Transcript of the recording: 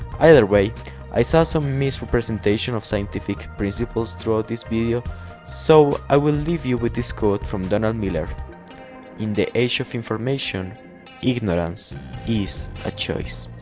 either way i saw some misrepresentation of scientific principles throughout this video so i will leave you with this quote from donald miller in the age of information ignorance is a choice